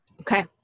Okay